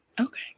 Okay